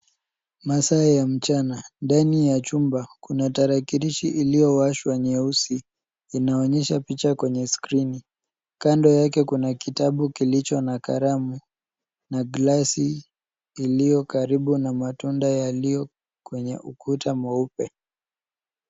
Masaa ya mchana ndani ya chumba kuna tarakilishi iliowashwa nyeusi inaonyesha picha kweny skrini, kando yake kuna kitabu kilicho na kalamu na glasi ilio karibu na matunda yalio kwenye ukuta mweupe.